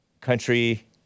country